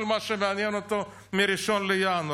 זה כל מה שמעניין אותו מ-1 בינואר.